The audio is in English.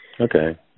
Okay